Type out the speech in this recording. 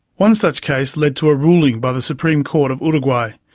one such case led to a ruling by the supreme court of uruguay,